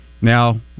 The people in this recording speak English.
Now